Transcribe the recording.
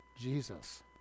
Jesus